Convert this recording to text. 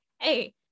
hey